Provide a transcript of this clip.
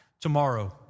tomorrow